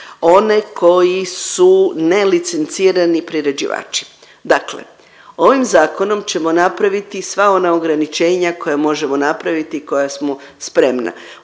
one koji su nelicencirani priređivači. Dakle, ovim zakonom ćemo napraviti sva ona ograničenja koja možemo napraviti i koja smo spremna.